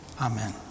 Amen